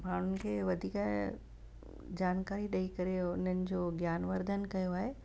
माण्हुनि खे वधीक जानकारी ॾेई करे उन्हनि जो ज्ञान वर्धन कयो आहे